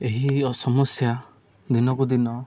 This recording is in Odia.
ଏହି ସମସ୍ୟା ଦିନକୁ ଦିନ